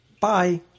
Bye